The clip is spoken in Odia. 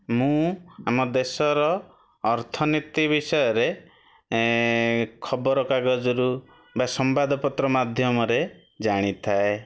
ମୁଁ ଆମ ଦେଶର ଅର୍ଥନୀତି ବିଷୟରେ ଏଁ ଖବରକାଗଜରୁ ବା ସମ୍ବାଦପତ୍ର ମାଧ୍ୟମରେ ଜାଣିଥାଏ